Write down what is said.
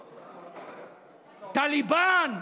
טליבאן.